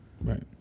Right